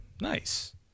nice